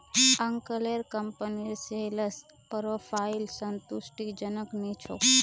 अंकलेर कंपनीर sales profile संतुष्टिजनक नी छोक